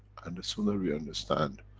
and the sooner we understand,